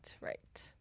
right